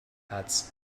adds